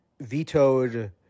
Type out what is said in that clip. vetoed